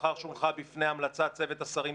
לאחר שהונחה בפניו המלצת צוות השרים,